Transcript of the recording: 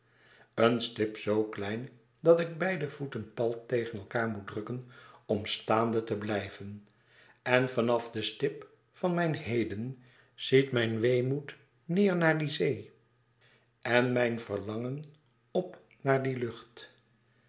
een stip zoo klein dat ik beide voeten pal tegen elkaâr moet drukken om staande te blijven en van af de stip van mijn heden ziet mijn weemoed neêr naar die zee en mijn verlangen op naar die lucht